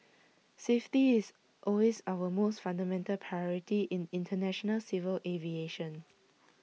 safety is always our most fundamental priority in International civil aviation